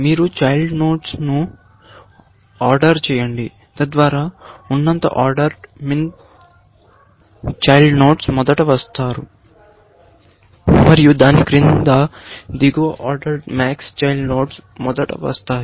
మీరు child nodes నుఆర్డర్ చేయండి తద్వారా ఉన్నత ఆర్డర్ MIN చైల్డ్ నోడ్స్ మొదట వస్తారు మరియు దాని క్రింద దిగువ ఆర్డర్ MAX చైల్డ్ నోడ్స్ మొదట వస్తారు